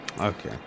okay